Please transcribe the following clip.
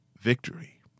victory